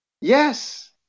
Yes